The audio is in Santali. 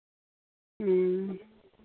ᱦᱮᱸ